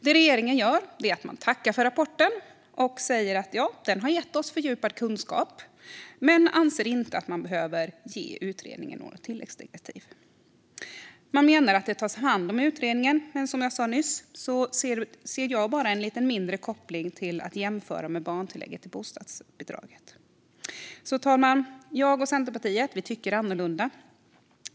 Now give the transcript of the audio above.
Det regeringen gör är att man tackar för rapporten och säger att den har gett fördjupad kunskap men anser inte att man behöver ge utredningen något tilläggsdirektiv. Man menar att detta tas om hand i utredningen, men som jag sa nyss ser jag bara en mindre koppling till jämförelsen med flerbarnstillägget i bostadsbidraget. Fru talman! Jag och Centerpartiet tycker annorlunda.